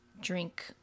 drink